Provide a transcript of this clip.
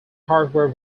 hardware